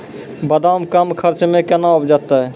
बादाम कम खर्च मे कैना उपजते?